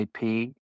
IP